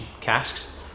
casks